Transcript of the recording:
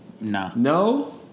no